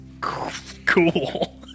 Cool